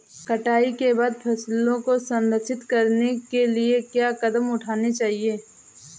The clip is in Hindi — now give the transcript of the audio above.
कटाई के बाद फसलों को संरक्षित करने के लिए क्या कदम उठाने चाहिए?